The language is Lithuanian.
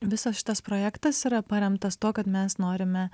visas šitas projektas yra paremtas tuo kad mes norime